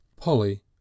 Polly